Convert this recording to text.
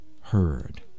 heard